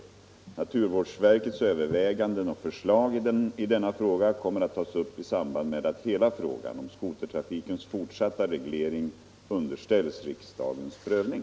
Naturvårdsverkets överväganden och förslag i denna fråga kommer att tas upp i samband med att hela frågan om skotertrafikens fortsatta reglering underställs riksdagens prövning.